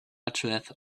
uttereth